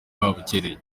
babukereye